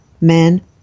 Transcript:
men